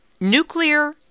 Nuclear